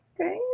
okay